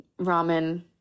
ramen